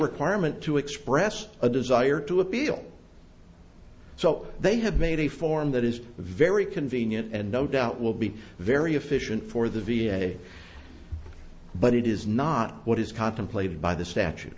requirement to express a desire to appeal so they have made a form that is very convenient and no doubt will be very efficient for the v a but it is not what is contemplated by the statu